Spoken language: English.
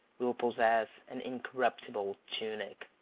will possess an incorruptible tunic.